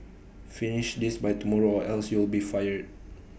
finish this by tomorrow or else you'll be fired